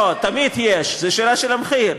לא, תמיד יש, זו שאלה של המחיר.